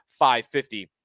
550